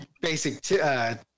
basic